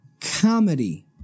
comedy